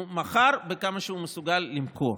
הוא מכר בכמה שהוא מסוגל למכור.